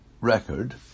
record